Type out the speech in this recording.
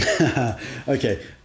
okay